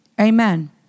Amen